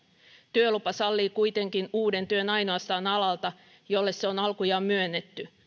työlupa sallii kuitenkin uuden työn ainoastaan alalta jolle se on alkujaan myönnetty